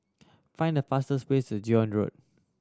find the fastest way to Zion Road